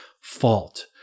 fault